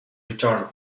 returned